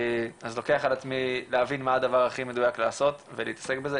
אז לוקח על עצי להבין מה הדבר הכי מדויק לעשות ולהתעסק בזה.